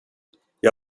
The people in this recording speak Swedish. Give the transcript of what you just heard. jag